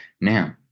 Now